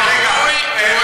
האם